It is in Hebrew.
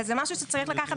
וזה משהו שצריך לקחת בחשבון.